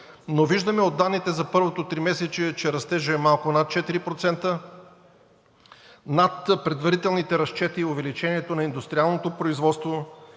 Виждаме от данните за първото тримесечие, че растежът е малко над 4%. Над предварителните разчети е увеличението на индустриалното производство,